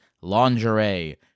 lingerie